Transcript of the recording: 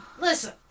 Listen